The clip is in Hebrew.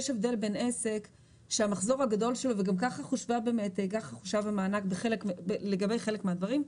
שיש הבדל בין עסק שהמחזור הגדול שלו וכך חושב המענק לגבי חלק מהדברים,